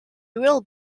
will